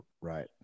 right